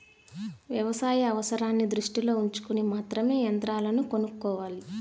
వ్యవసాయ అవసరాన్ని దృష్టిలో ఉంచుకొని మాత్రమే యంత్రాలను కొనుక్కోవాలి